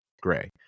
Gray